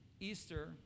easter